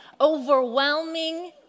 overwhelming